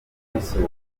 n’isuri